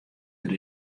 der